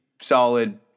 solid